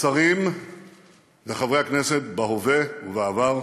השרים וחברי הכנסת בהווה ובעבר,